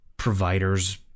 Providers